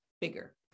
bigger